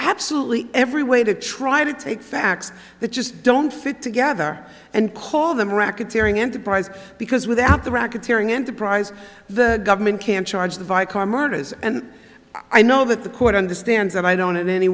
absolutely every way to try to take facts that just don't fit together and call them racketeering enterprise because without the racketeering enterprise the government can charge the viacom murders and i know that the court understands and i don't in any